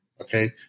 Okay